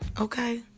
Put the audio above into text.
okay